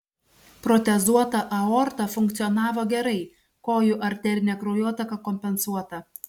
protezuota aorta funkcionavo gerai kojų arterinė kraujotaka kompensuota